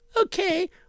Okay